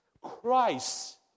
Christ